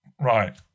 Right